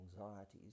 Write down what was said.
anxieties